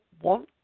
one